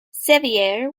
sevier